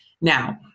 Now